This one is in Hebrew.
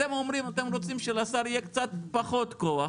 ואתם אומרים שאתם רוצים שלשר יהיה קצת פחות כוח.